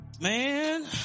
man